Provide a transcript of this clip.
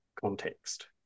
context